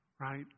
right